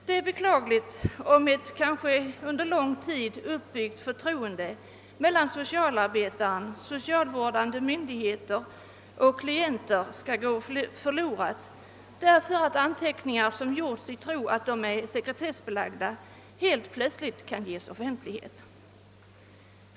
Det är beklagligt om ett — kanske under lång tid — uppbyggt förtroende mellan socialarbetare, socialvårdande myndigheter och klienter skall gå förlorat, därför att anteckningar, gjorda i tro att de är sekretessbelagda, helt plötsligt kan ges offentlighet.